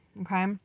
okay